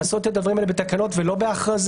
לעשות את הדברים האלה בתקנות ולא בהכרזה.